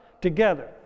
together